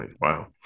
Wow